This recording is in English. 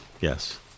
Yes